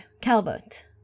Calvert